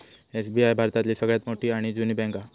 SBI भारतातली सगळ्यात मोठी आणि जुनी बॅन्क हा